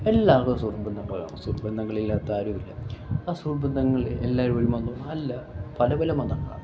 എല്ലാവർക്കും സുഹൃത്ത് ബന്ധങ്ങൾ കാണും സുഹൃത്ത് ബന്ധങ്ങൾ ഇല്ലാത്ത ആരുമില്ല ആ സുഹൃത്ത് ബന്ധങ്ങളിൽ എല്ലാവരും ഒരു മതം അല്ല പല പല മതങ്ങളാണ്